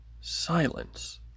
silence